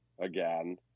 again